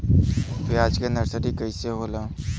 प्याज के नर्सरी कइसे होला?